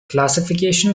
classification